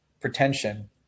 pretension